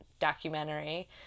documentary